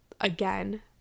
again